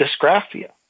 dysgraphia